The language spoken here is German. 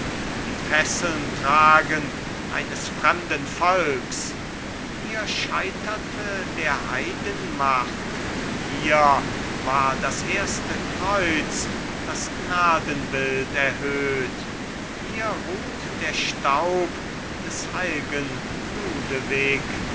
die fesseln tragen eines fremden volks hier scheiterte der heiden macht hier war das erste kreuz das gnadenbild erhöht hier ruht der staub des heilgen ludewig